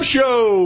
Show